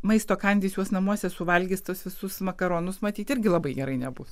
maisto kandys juos namuose suvalgys tuos visus makaronus matyt irgi labai gerai nebus